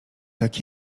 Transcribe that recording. tak